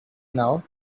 now